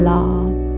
Love